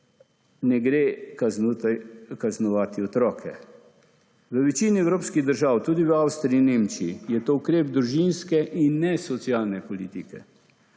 ne gre kaznovati otroke. V večini evropskih držav tudi v Avstriji in Nemčiji je to ukrep družinske in ne socialne politike